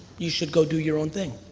you should go do your own thing.